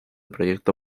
proyecto